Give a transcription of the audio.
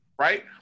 right